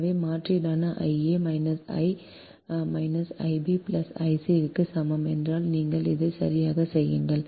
எனவே மாற்றீடான I a minus I minus I b plus I c க்கு சமம் என்றால் நீங்கள் இதைச் சரியாகச் செய்யுங்கள்